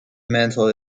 mental